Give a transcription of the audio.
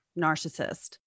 narcissist